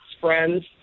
friends